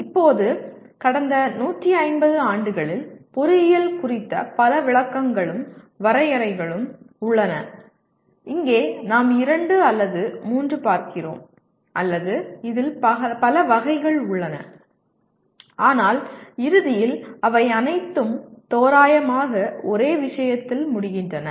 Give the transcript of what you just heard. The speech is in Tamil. இப்போது கடந்த 150 ஆண்டுகளில் பொறியியல் குறித்த பல விளக்கங்களும் வரையறைகளும் உள்ளன இங்கே நாம் இரண்டு அல்லது மூன்று பார்க்கிறோம் அல்லது இதில் பல வகைகள் உள்ளன ஆனால் இறுதியில் அவை அனைத்தும் தோராயமாக ஒரே விஷயத்தில் முடிகின்றன